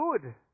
good